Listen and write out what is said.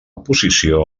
posició